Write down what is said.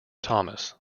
thomas